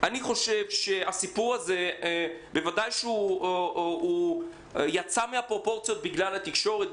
הסיפור הזה בוודאי יצא מפרופורציה בגלל התקשורת,